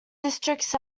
districts